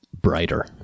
brighter